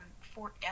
Fort